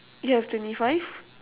you have twenty five